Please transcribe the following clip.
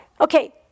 Okay